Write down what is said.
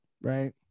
Right